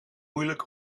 moeilijk